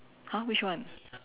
!huh! which one